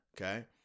okay